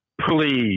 please